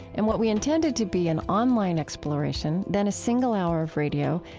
and what we intended to be an online exploration, then a single hour of radio,